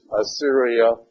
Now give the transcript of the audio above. Assyria